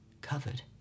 covered